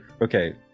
Okay